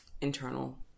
internal